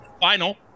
Final